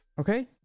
Okay